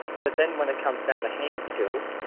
but then when it comes down to hand skills,